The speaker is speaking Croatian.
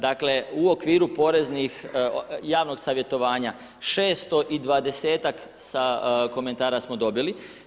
Dakle u okviru poreznih, javnog savjetovanja, 620ak komenatara smo dobili.